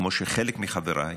כמו שחלק מחבריי,